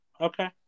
Okay